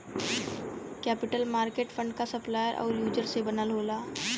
capital market fund क supplier आउर user से बनल होला